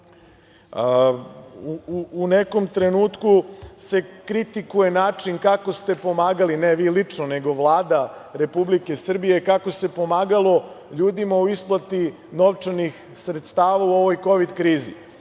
U nekom trenutku se kritikuje način kako ste pomagali, ne vi lično, nego Vlada Republike Srbije, kako se pomagalo ljudima u isplati novčanih sredstava u ovoj kovid krizi. Ono